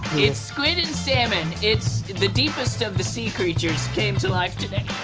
it's squid and salmon, it's, the deepest of the sea creatures came to life today.